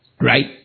Right